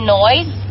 noise